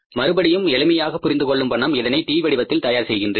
மறுபடியும் எளிமையாக புரிந்து கொள்ளும் வண்ணம் இதனை T வடிவத்தில் தயார் செய்கின்றேன்